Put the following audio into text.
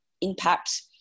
impact